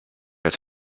als